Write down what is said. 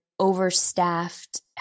overstaffed